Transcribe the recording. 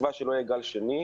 בתקווה שלא יהיה גל שני,